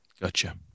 Gotcha